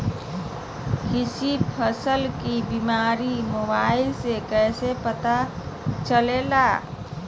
किसी फसल के बीमारी मोबाइल से कैसे पता चलेगा?